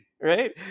right